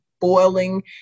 boiling